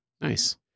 Nice